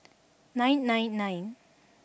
nine nine nine